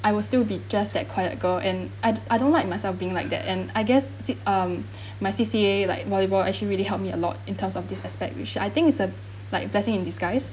I will still be just that quiet girl and I I don't like myself being like that and I guess C um my C_C_A like volleyball actually really helped me a lot in terms of this aspect which I think is a like blessing in disguise